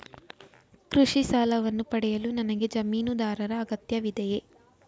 ಕೃಷಿ ಸಾಲವನ್ನು ಪಡೆಯಲು ನನಗೆ ಜಮೀನುದಾರರ ಅಗತ್ಯವಿದೆಯೇ?